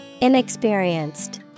Inexperienced